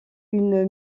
une